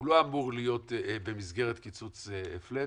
הוא לא אמור להיות במסגרת קיצוץ פלאט.